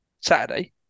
Saturday